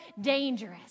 dangerous